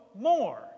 more